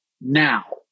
now